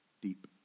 deep